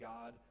God